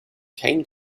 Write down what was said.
came